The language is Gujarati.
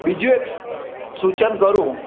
બીજું એક સૂચન કરું